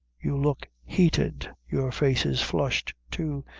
you look heated your face is flushed too,